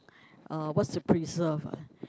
uh what's the preserve uh